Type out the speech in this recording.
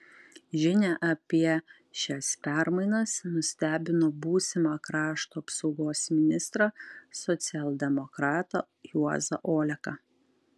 žinia apie šias permainas nustebino būsimą krašto apsaugos ministrą socialdemokratą juozą oleką